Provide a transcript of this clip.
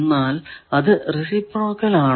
എന്നാൽ അത് റേസിപ്രോക്കൽ ആണോ